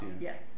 Yes